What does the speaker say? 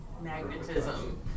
magnetism